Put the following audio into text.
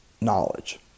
knowledge